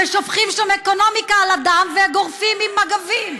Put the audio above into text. ושופכים שם אקונומיקה על אדם וגורפים עם מגבים.